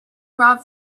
rob